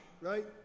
right